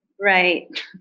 Right